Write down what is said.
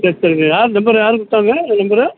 சரி சரிங்க யார் நம்பரு யார் கொடுத்தாங்க என் நம்பரை